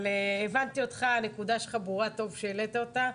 הבנתי אותך, הנקודה שלך ברורה, טוב שהעלית אותה.